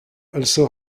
also